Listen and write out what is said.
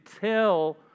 tell